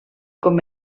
com